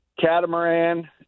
catamaran